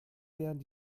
werden